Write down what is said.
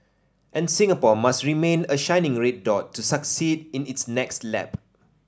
and Singapore must remain a shining red dot to succeed in its next lap